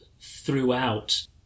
throughout